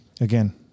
again